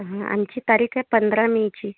हा आमची तारीख आहे पंधरा मे ची